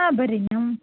ಹಾಂ ಬರ್ರಿ ನಮ್ಮ